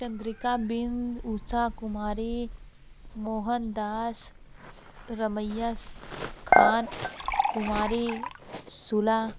Chandrika Bind Usha Kumari Mohan Das Ramaiya Khan Kumari Sulah